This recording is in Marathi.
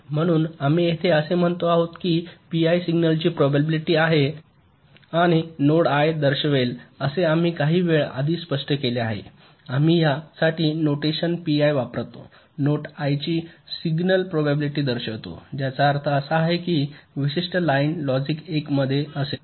म्हणून आम्ही येथे असे म्हणतो आहोत की पीआय सिग्नलची प्रोबॅबिलिटी आणि नोड i दर्शवेल जसे आम्ही काही वेळ आधी स्पष्ट केले आहे आम्ही या साठी नोटेशन पीआय वापरतो नोड i ची सिग्नल प्रोबॅबिलिटी दर्शवितो ज्याचा अर्थ असा आहे की विशिष्ट लाइन लॉजिक १ येथे असेल